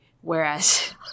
whereas